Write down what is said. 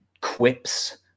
quips